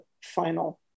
final